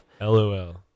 LOL